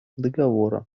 договора